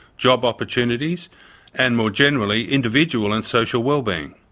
job opportunities and, more generally, individual and social wellbeing.